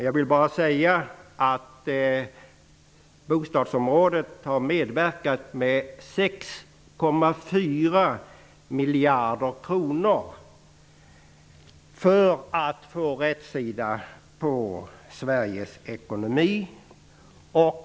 Jag vill bara säga att bostadsområdet har bidragit med 6,4 miljarder kronor för att man skall kunna få rätsida på Sveriges ekonomi.